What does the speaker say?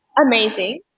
amazing